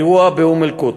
האירוע באום-אלקוטוף,